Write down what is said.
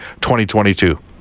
2022